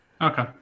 Okay